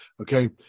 okay